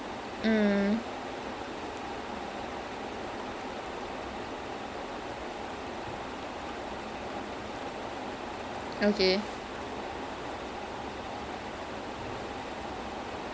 நான் அவங்கள்ட சொன்னே:naan avangalta sonnae and the ரெண்டு சரி மூணு முட்ட புரோட்டா ரெண்டு:rendu sari moonu mutta parottaa rendu normal அப்புறம் கொஞ்சம்:appuram konjam mutton gravy also then என்ன பாத்தான் அப்புறம்:enna paathaan appuram takeaway having here takeaway